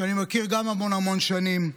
שאני מכיר המון המון שנים,